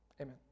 Amen